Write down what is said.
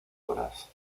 obras